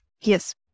Yes